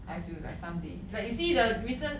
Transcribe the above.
I feel like someday like you see the recent